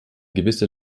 gewisse